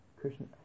Krishna